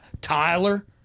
Tyler